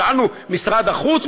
שאלנו: משרד החוץ,